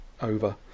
over